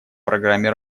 программе